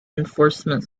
enforcement